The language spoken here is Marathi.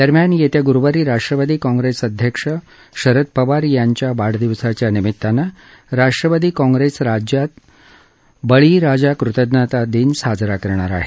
दरम्यान येत्या गुरुवारी राष्ट्रवादी काँग्रेस अध्यक्ष शरद पवार यांच्या वाढदिवसाच्या निमित्तानं राष्ट्रवादी काँग्रेस राज्यात बळीराजा कृतज्ञता दिन साजरा करणार आहे